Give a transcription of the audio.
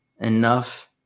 Enough